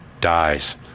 dies